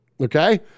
Okay